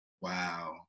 Wow